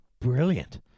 brilliant